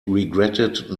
regretted